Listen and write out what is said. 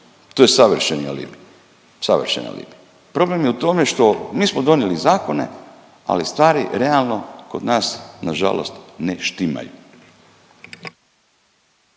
alibi, savršeni alibi. Problem je u tome što, mi smo donijeli zakone, ali stvari realno kod nas nažalost ne štimaju.